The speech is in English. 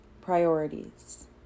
Priorities